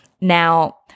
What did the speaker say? Now